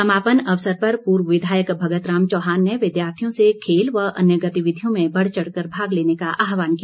समापन अवसर पर पूर्व विधायक भगत राम चौहान ने विद्यार्थियों से खेल व अन्य गतिविधियों में बढ़ चढ़ कर भाग लेने का आहवान किया